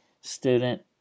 student